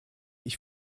ich